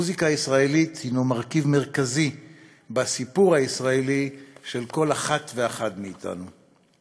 מוזיקה ישראלית היא מרכיב מרכזי בסיפור הישראלי של כל אחד ואחת מאתנו.